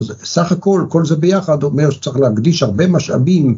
סך הכל, כל זה ביחד אומר שצריך להקדיש הרבה משאבים